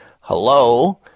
hello